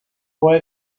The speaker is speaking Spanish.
fue